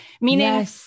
meaning